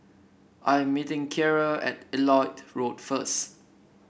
I am meeting Ciarra at Elliot Road first